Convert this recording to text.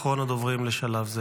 אחרון הדוברים לשלב זה,